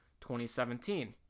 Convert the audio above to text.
2017